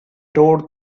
rode